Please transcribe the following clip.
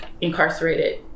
incarcerated